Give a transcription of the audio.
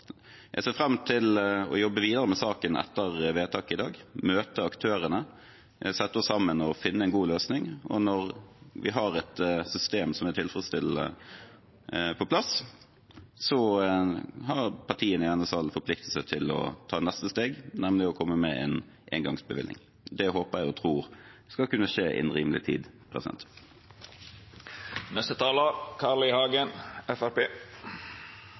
dag – møte aktørene, sette oss sammen og finne en god løsning. Når vi har et system som er tilfredsstillende, på plass, har partiene i denne salen forpliktet seg til å ta neste steg, nemlig å komme med en engangsbevilgning. Det håper jeg og tror skal kunne skje innen rimelig tid.